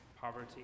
poverty